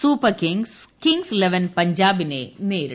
super kings kings eleven പഞ്ചാബിനെ നേരിടും